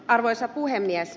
arvoisa puhemies